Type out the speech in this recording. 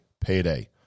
payday